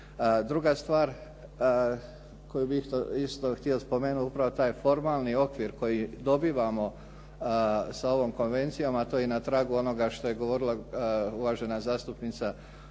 druga stvar koju bih isto htio spomenuti, upravo taj formalni okvir koji dobivamo sa ovom konvencijom a to je na tragu onoga što je govorila uvažena zastupnica Marinović